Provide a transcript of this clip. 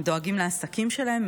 הם דואגים לעסקים שלהם,